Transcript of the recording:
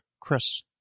Chris